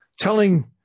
telling